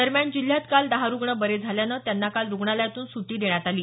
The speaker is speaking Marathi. दरम्यान जिल्ह्यात काल दहा रुग्ण बरे झाल्यानं त्यांना काल रुग्णालयातून सुटी देण्यात आली